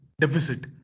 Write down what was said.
deficit